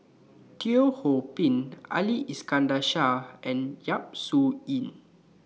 Teo Ho Pin Ali Iskandar Shah and Yap Su Yin